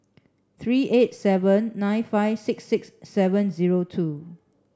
three eight seven nine five six six seven zero two